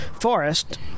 Forest